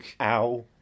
Ow